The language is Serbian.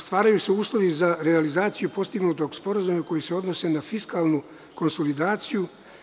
Stvaraju se uslovi za realizaciju postignutog sporazuma koji se odnose na fiskalnu konsolidaciju.